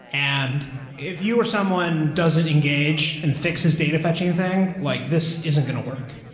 and if you are someone doesn't engage in fix as data fetching thing, like this isn't going to work.